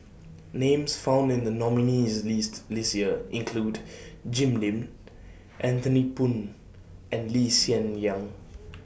Names found in The nominees' list This Year include Jim Lim Anthony Poon and Lee Hsien Yang